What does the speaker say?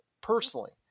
personally